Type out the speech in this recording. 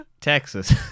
Texas